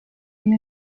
the